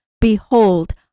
Behold